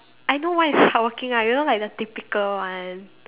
I know one is hardworking ah you know like the typical one